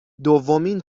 دومین